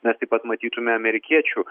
mes taip pat matytume amerikiečių